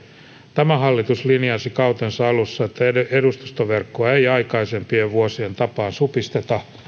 tämä hallitus linjasi kautensa alussa että edustustoverkkoa ei aikaisempien vuosien tapaan supisteta